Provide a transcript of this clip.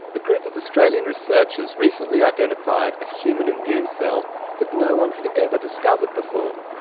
a group of australian researchers recently identified a human immune cell that no-one had ever discovered before.